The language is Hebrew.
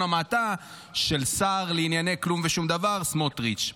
המעטה של השר לענייני כלום ושום דבר סמוטריץ'.